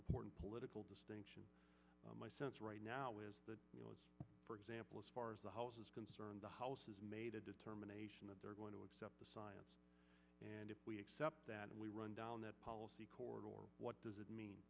important political distinction my sense right now is that for example as far as the house is concerned the house made a determination that they are going to accept the science and we accept that and we run down that policy court or what does it mean